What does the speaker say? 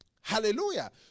Hallelujah